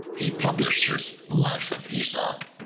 he published his life of aesop,